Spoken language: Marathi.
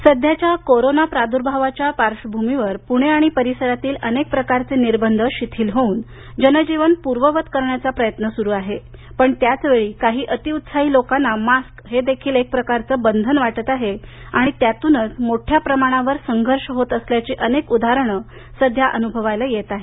मारूक कारवाई सध्याच्या कोरोना प्रादूर्भावाच्या पार्श्वभूमीवर पुणे आणि परिसरातील अनेक प्रकारचे निर्बंध शिथिल होऊन जनजीवन पूर्ववत करण्याचा प्रयत्न सुरु आहे पण त्याचवेळी काही अतिउत्साही लोकांना मास्क हे देखील एक प्रकारचे बंधन वाटत आहे आणि त्यातूनच मोठ्या प्रमाणावर संघर्ष होत असल्याची अनेक उदाहरणे सध्या अनुभवायला येत आहेत